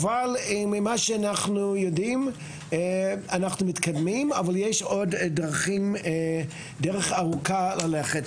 אבל ממה שאנחנו יודעים אנחנו מתקדמים אבל יש עוד דרך ארוכה ללכת.